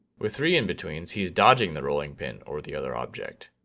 with three in-betweens, he's dodging the rolling pin or the other object.